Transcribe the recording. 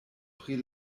pri